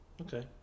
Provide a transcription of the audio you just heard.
Okay